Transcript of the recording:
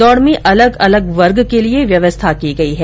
दौड़ में अलग अलग वर्ग के लिए व्यवस्था की गई है